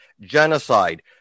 genocide